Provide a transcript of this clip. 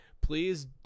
Please